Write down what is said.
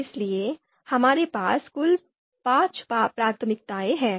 इसलिए हमारे पास कुल पांच प्राथमिकताएँ हैं